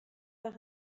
par